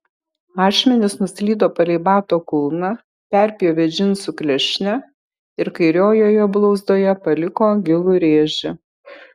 ašmenys nuslydo palei bato kulną perpjovė džinsų klešnę ir kairiojoje blauzdoje paliko gilų rėžį